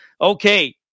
Okay